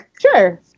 Sure